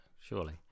Surely